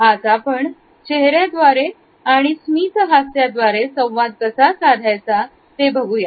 आज आपण चेहर्या द्वारे आणि मित हस्या द्वारे संवाद कसा साधायचा ते बघूया